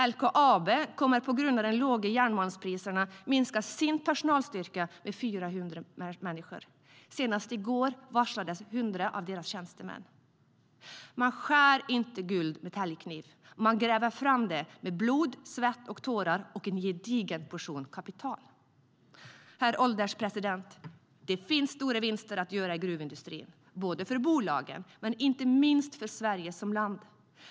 LKAB kommer på grund av de låga järnmalmspriserna att minska sin personalstyrka med 400 anställda. Senast i går varslades 100 av deras tjänstemän. Man skär inte guld med täljkniv. Man gräver fram det med blod, svett och tårar och en gedigen portion kapital. Herr ålderspresident! Det finns stora vinster att göra i gruvindustrin både för bolagen och inte minst för Sverige som land.